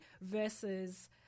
versus